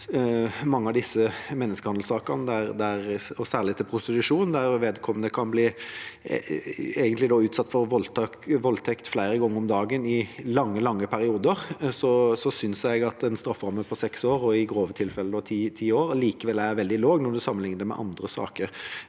man i mange menneskehandelsaker, og særlig knyttet til prostitusjon, har tilfeller der man kan bli utsatt for voldtekt flere ganger om dagen i lange, lange perioder, synes jeg en strafferamme på seks år og i grove tilfeller ti år likevel er veldig lav når man sammenligner det med andre saker.